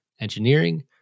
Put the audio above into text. engineering